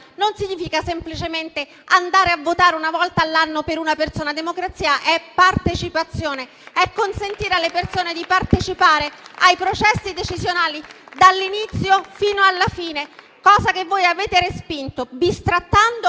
non significa semplicemente andare a votare una volta all'anno per una persona, ma democrazia è partecipazione, è consentire alle persone di partecipare ai processi decisionali dall'inizio fino alla fine, cosa che voi avete respinto, bistrattando